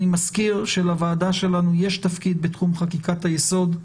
אני מזכיר שלוועדה שלנו יש תפקיד בתחום חקיקת היסוד.